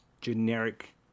generic